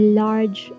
large